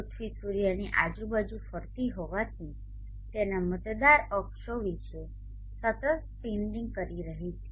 પૃથ્વી સૂર્યની આજુબાજુ ફરતી હોવાથી તેના મતદાર અક્ષો વિશે સતત સ્પિન્ડિંગ કરી રહી છે